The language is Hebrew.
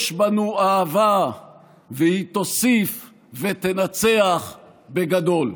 יש בנו אהבה והיא תוסיף ותנצח בגדול.